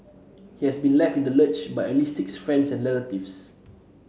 he has been left in the lurch by at least six friends and relatives